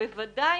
ובוודאי